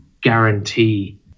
guarantee